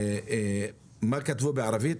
מה כתבו בערבית?